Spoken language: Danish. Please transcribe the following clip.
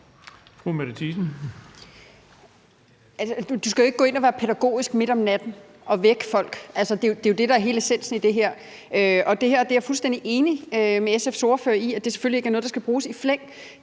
Du skal jo ikke gå ind og være pædagogisk midt om natten og vække folk. Altså det er jo det, der er hele essensen i det her. Og det her med, at det selvfølgelig ikke er noget, der skal bruges i flæng,